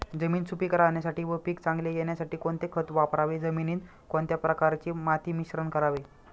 जमीन सुपिक राहण्यासाठी व पीक चांगले येण्यासाठी कोणते खत वापरावे? जमिनीत कोणत्या प्रकारचे माती मिश्रण करावे?